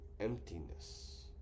emptiness